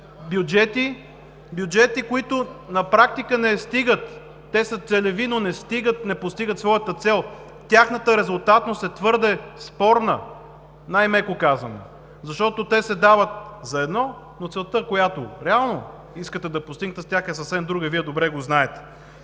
бюджети, които на практика не стигат, те са целеви, но не постигат своята цел. Тяхната резултатност е твърде спорна, най-меко казано, защото те се дават за едно, но целта, която реално искате да постигнете с тях, е съвсем друга и Вие добре го знаете.